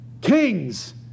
Kings